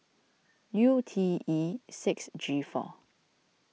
U T E six G four